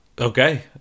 Okay